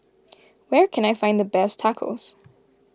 where can I find the best Tacos